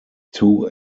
two